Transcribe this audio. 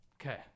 Okay